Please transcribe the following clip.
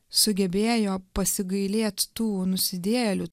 sugebėjo pasigailėt tų nusidėjėlių